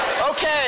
Okay